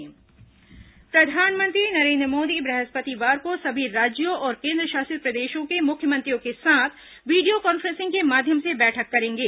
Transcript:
PM CM बैठक प्रधानमंत्री नरेंद्र मोदी बृहस्पतिवार को सभी राज्यों और केंद्रशासित प्रदेशों के मुख्यमंत्रियों के साथ वीडियो कांफ्रेंस के माध्यम से बैठक करेंगे